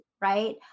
Right